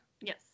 Yes